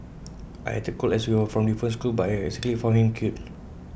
I acted cold as we were from different schools but I secretly found him cute